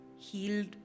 healed